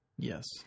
Yes